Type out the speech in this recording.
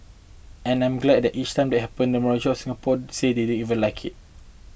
and I'm glad that each time they happens the majority of Singapore say they did like it